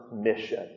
mission